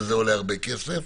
וזה עולה הרבה כסף,